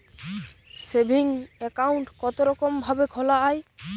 Saving account কতরকম ভাবে খোলা য়ায়?